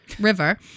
River